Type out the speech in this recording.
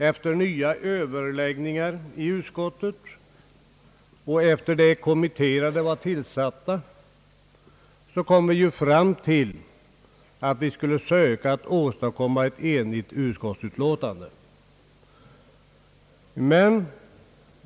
Efter nya överläggningar i utskottet och efter att kommitterade var tillsatta, kom vi fram till att vi skulle försöka åstadkomma ett enigt utskottsutlåtande.